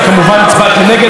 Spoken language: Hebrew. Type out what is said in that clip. וכמובן הצבעתי נגד.